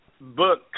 book